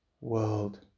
world